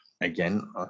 Again